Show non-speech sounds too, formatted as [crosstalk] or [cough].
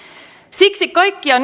siksi kaikkia [unintelligible]